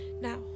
Now